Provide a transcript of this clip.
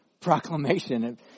proclamation